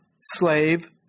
slave